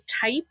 type